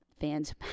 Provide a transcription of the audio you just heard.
fans